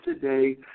today